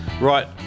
right